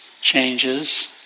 changes